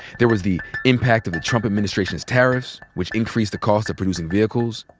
there was the impact of the trump administration's tariffs, which increased the cost of producing vehicles.